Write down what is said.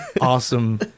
awesome